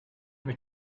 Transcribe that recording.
mich